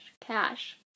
Cash